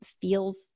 feels